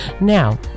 now